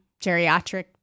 geriatric